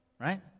Right